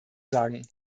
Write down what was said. sagen